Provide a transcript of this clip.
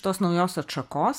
tos naujos atšakos